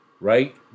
right